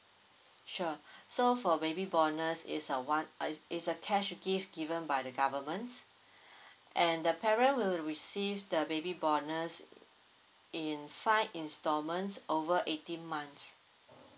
sure so for baby bonus it's a one uh it's it's a cash gift given by the government and the parent will receive the baby bonus in five instalments over eighteen months